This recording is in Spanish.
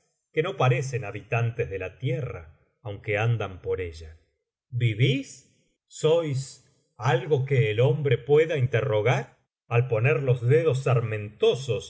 que no parecen habitantes de la tierra aunque andan por ella vivís sois algo que el hombre pueda interrogar al poner los dedos